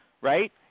Right